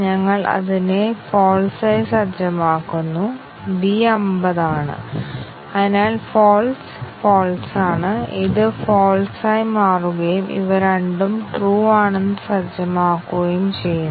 ഞങ്ങൾ complementary testing എന്ന് വിളിക്കുന്നു രണ്ട് തന്ത്രങ്ങൾ ഉണ്ടെങ്കിൽ അവ പൊതുവായ ചില പ്രോഗ്രാം ഘടകങ്ങളെ ഉൾക്കൊള്ളുന്നു പക്ഷേ അവ വ്യത്യസ്ത പ്രോഗ്രാം ഘടകങ്ങളും ഉൾക്കൊള്ളുന്നു